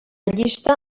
llista